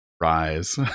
rise